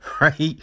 Right